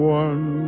one